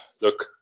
look